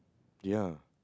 ya